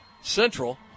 Central